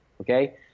okay